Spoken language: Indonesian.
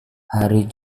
hari